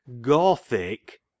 gothic